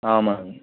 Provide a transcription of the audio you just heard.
ஆமாம்ங்க